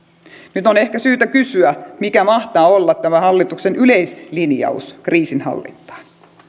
nyt on ehkä syytä kysyä mikä mahtaa olla tämä hallituksen yleislinjaus kriisinhallintaan